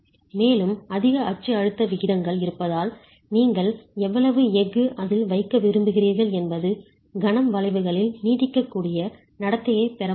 மேலும் அதிக அச்சு அழுத்த விகிதங்கள் இருப்பதால் நீங்கள் எவ்வளவு எஃகு அதில் வைக்க விரும்புகிறீர்கள் என்பது கணம் வளைவுகளில் நீடிக்கக்கூடிய நடத்தையைப் பெற மாட்டீர்கள்